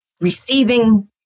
receiving